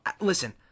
listen